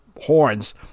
horns